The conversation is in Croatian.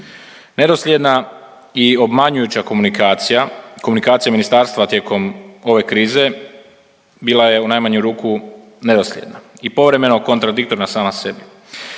Nedosljedna i obmanjujuća komunikacija, komunikacija ministarstva tijekom ove krize bila je u najmanju ruku nedosljedna i povremeno kontradiktorna sama sebi.